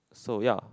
so ya